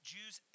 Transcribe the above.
Jews